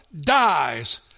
dies